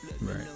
Right